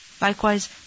Likewise